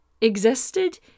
existed